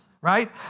right